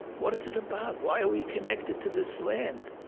what is it about? why are we connected to this land?